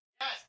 Yes